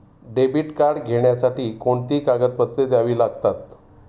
Debit card घेण्यासाठी कोणती कागदपत्रे द्यावी लागतात?